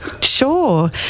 Sure